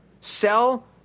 Sell